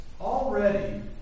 already